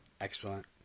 Excellent